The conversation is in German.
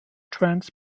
trance